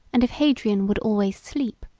and if hadrian would always sleep!